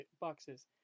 boxes